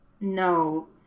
No